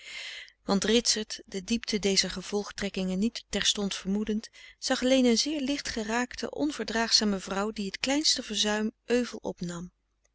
want ritsert de diepte dezer gevolgtrekkingen niet terstond vermoedend zag alleen een zeer licht geraakte onverdraagzame vrouw die het kleinste verzuim euvel opnam